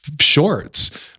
shorts